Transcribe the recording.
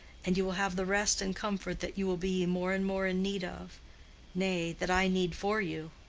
and you will have the rest and comfort that you will be more and more in need of nay, that i need for you.